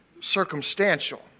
circumstantial